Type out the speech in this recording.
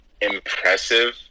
impressive